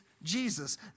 Jesus